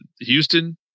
Houston